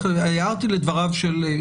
רק הערתי לדבריו של חבר הכנסת.